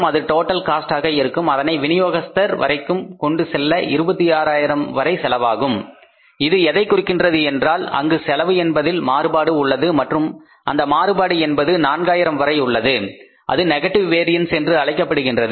அது டோட்டல் காஸ்ட்டாக இருக்கும் அதனை வினியோகஸ்தர் வரைக்கும் கொண்டு செல்ல 26000 செலவாகலாம் இது எதைக் குறிக்கிறது என்றால் அங்கு செலவு என்பதில் மாறுபாடு உள்ளது மற்றும் அந்த மாறுபாடு என்பது 4000 வரை உள்ளது அது நெகட்டிவ் வேரியன்ஸ் என்று அழைக்கப்படுகின்றது